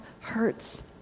hurts